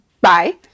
Bye